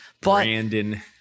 Brandon